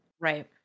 right